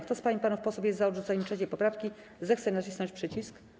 Kto z pań i panów posłów jest za odrzuceniem 3. poprawki, zechce nacisnąć przycisk.